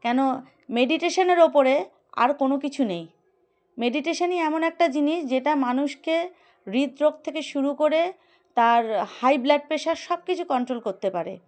কেন মেডিটেশান ওপরে আর কোনো কিছু নেই মেডিটেশানই এমন একটা জিনিস যেটা মানুষকে হৃদরোগ থেকে শুরু করে তার হাই ব্লাড প্রেশার সব কিছু কন্ট্রোল করতে পারে